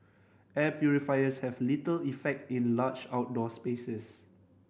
air purifiers have little effect in large outdoor spaces